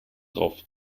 drauf